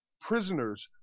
prisoners